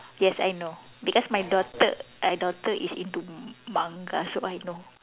yes I know because my daughter I daughter is into m~ Manga so I know